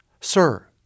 Sir